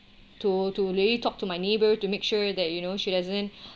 to to really talk to my neighbour to make sure that you know she doesn't